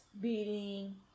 beating